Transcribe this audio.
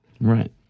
Right